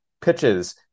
pitches